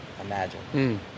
imagine